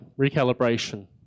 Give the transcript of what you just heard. recalibration